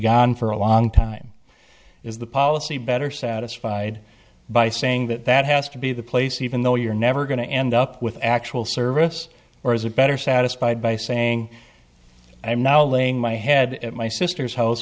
gone for a long time is the policy better satisfied by saying that that has to be the place even though you're never going to end up with actual service or is it better satisfied by saying i'm now laying my head at my sister's house